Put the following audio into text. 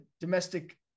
domestic